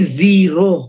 zero